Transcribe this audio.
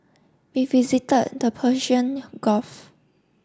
we visited the Persian Gulf